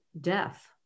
death